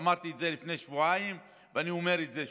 ואמרתי את זה לפני שבועיים, ואני אומר את זה שוב.